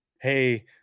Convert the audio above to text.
hey